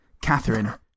Catherine